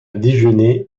déjeuner